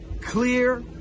clear